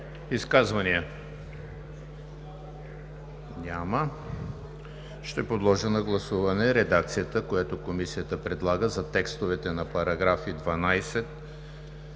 Изказвания? Няма. Подлагам на гласуване редакцията, която Комисията предлага за текстовете на параграфи 22,